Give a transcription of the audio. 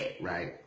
right